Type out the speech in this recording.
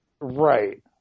Right